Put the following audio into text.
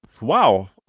wow